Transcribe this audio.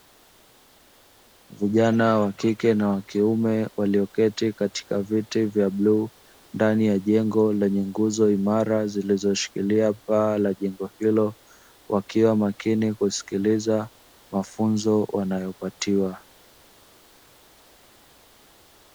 Vijana wakike na wakiume walioketi katika viti vya bluu ndani ya jengo lenye nguzo imara, zilizoshikilia paa la jengo hilo, wakiwa makini kusikiliza mafunzo wanayopatiwa.